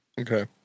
Okay